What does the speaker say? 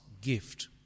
gift